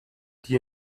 die